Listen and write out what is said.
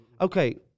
okay